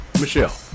Michelle